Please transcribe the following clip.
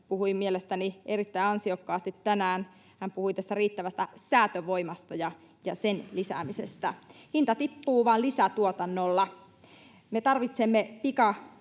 puhui mielestäni erittäin ansiokkaasti tänään. Hän puhui tästä riittävästä säätövoimasta ja sen lisäämisestä. Hinta tippuu vain lisätuotannolla. Me tarvitsemme pikakanavan